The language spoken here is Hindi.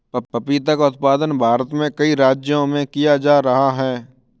पपीता का उत्पादन भारत में कई राज्यों में किया जा रहा है